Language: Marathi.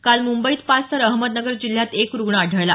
काल मुंबईत पाच तर अहमदनगर जिल्ह्यात एक रुग्ण आढळला